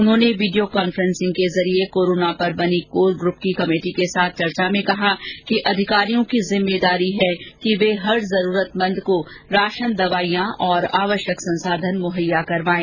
उन्होंने video conferencing के जरिए कोरोना पर बनी कोर ग्रूप की कमेटी के साथ चर्चा में कहा कि अधिकारियों की जिम्मेदारी है कि वे हर जरूरतमंद राशन दवाईयां और आवश्यक संसाधन मुहैया करावें